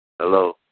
Hello